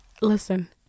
Listen